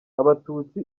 abatutsi